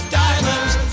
diamonds